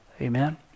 amen